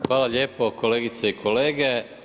Hvala lijepo kolegice i kolege.